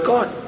God